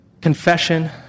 Confession